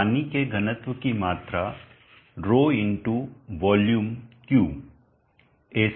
पानी के घनत्व की मात्रा 𝜌 वॉल्यूमvolume आयतन Q